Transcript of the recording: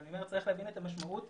אני אומר שצריך להבין את המשמעות: